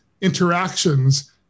interactions